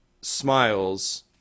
smiles